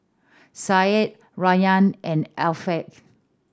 Syed Rayyan and Afiqah